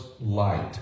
light